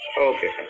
okay